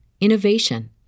innovation